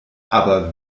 aber